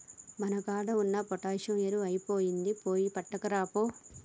మన కాడ ఉన్న పొటాషియం ఎరువు ఐపొయినింది, పోయి పట్కరాపో